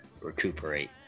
recuperate